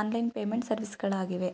online payment ಸರ್ವಿಸ್ಗಳಾಗಿವೆ